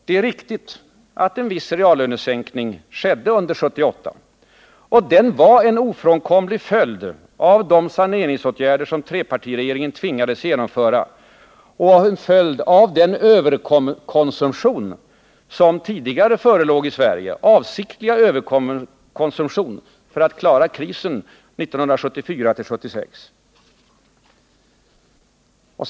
Det är riktigt att en viss reallönesänkning skedde under 1978, och den var en ofrånkomlig följd av de saneringsåtgärder som trepartiregeringen tvingades genomföra och en följd av den avsiktliga överkonsumtion som tidigare förelåg i Sverige för att klara krisen 1974-1976.